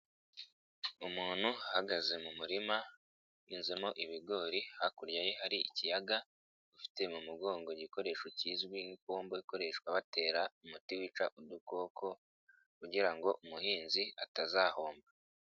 Umuntu ahahagaze mu murima, uhinzemo ibigori, hakurya ye hari ikiyaga, ufite mu mugongo igikoresho kizwi nk'ipomba ikoreshwa batera umuti wica udukoko kugira ngo umuhinzi atazahomba.